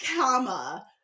comma